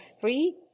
free